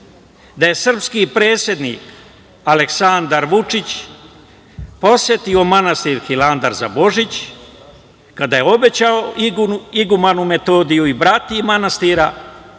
da je srpski predsednik Aleksandar Vučić posetio manastir Hilandar za Božić, kada je obećao igumanu Metodiju i bratiji manastira,